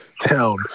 town